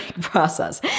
process